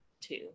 two